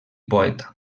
poeta